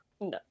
no